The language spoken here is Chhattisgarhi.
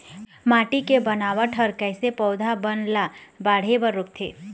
माटी के बनावट हर कइसे पौधा बन ला बाढ़े बर रोकथे?